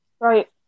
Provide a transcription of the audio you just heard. right